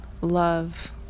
love